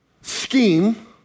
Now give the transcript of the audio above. scheme